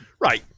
right